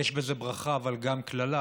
יש בזה ברכה, אבל גם קללה,